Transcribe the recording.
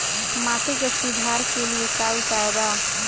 माटी के सुधार के लिए का उपाय बा?